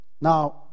Now